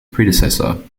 predecessor